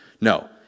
No